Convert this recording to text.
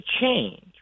change